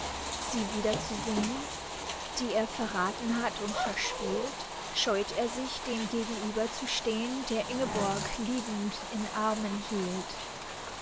sie wiederzusehen die er verrathen hat und verspielt scheut er sich dem gegenüber zu stehen der ingeborg liebend in armen hielt